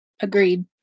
Agreed